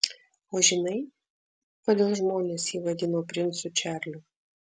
o žinai kodėl žmonės jį vadino princu čarliu